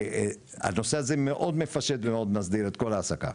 הנושא הזה מאוד מפשט ומאוד מסדיר את כל ההעסקה.